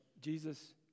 Jesus